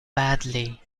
badly